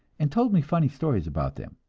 and told me funny stories about them.